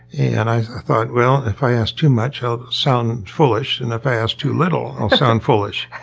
and i thought, well, if i ask too much i'll sound foolish and if i ask too little i'll sound foolish.